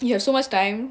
you have so much time